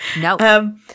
No